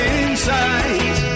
inside